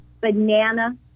Banana